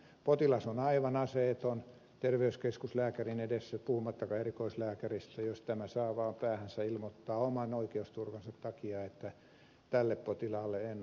potilas on aivan aseeton terveyskeskuslääkärin edessä puhumattakaan erikoislääkäristä jos tämä saa vaan päähänsä ilmoittaa oman oikeusturvansa takia että tälle potilaalle en asetta suosittele